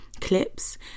clips